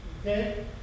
Okay